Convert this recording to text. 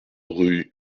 rue